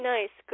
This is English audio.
Nice